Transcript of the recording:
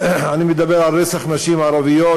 אני מדבר על רצח נשים ערביות,